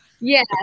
Yes